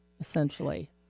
essentially